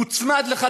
מוצמד לך,